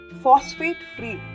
phosphate-free